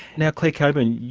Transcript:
now, clare coburn,